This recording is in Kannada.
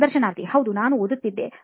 ಸಂದರ್ಶನಾರ್ಥಿ ಹೌದು ನಾನು ಓದುತ್ತಿದ್ದೆ